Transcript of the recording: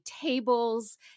tables